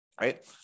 right